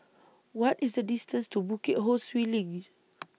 What IS The distance to Bukit Ho Swee LINK